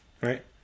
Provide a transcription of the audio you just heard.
Right